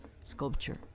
sculpture